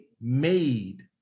made